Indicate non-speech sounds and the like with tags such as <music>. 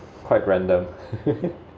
quite random <laughs>